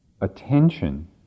Attention